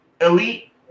Elite